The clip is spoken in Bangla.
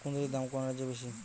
কুঁদরীর দাম কোন রাজ্যে বেশি?